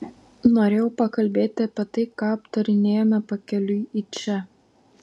norėjau pakalbėti apie tai ką aptarinėjome pakeliui į čia